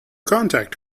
contact